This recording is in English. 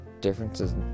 differences